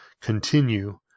continue